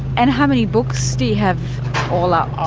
and how many books do you have all up,